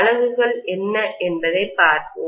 அலகுகள் என்ன என்பதைப் பார்ப்போம்